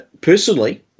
Personally